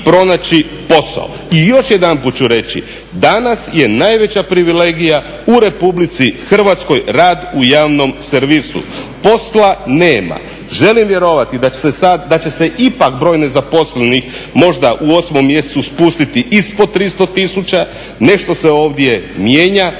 I još jedanput ću reći, danas je najveća privilegija u RH rad u javnom servisu. Posla nema, želim vjerovati da će se ipak broj nezaposlenih možda u 8. mjesecu spustiti ispod 300 tisuća, nešto se ovdje mijenja,